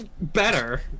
better